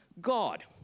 God